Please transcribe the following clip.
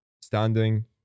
standing